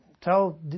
tell